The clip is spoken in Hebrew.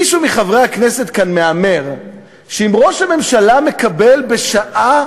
מישהו מחברי הכנסת כאן מהמר שאם ראש הממשלה מקבל בשעה